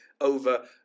over